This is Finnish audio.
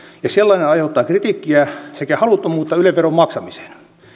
ja sellainen aiheuttaa kritiikkiä sekä haluttomuutta yle veron maksamiseen